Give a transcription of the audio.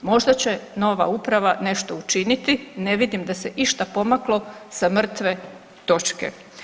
Možda će nova uprava nešto učiniti, ne vidim da se išta pomaklo sa mrtve točke.